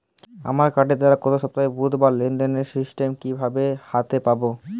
আমার কার্ডের দ্বারা গত সপ্তাহের বুধবারের লেনদেনের স্টেটমেন্ট কীভাবে হাতে পাব?